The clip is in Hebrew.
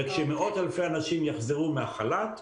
וכשמאות אלפי אנשים יחזרו מהחל"ת,